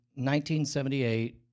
1978